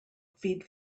feed